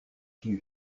qui